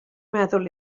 meddwl